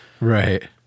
Right